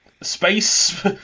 space